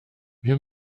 wir